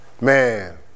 Man